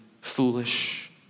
foolish